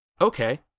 Okay